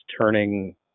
turning